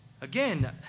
again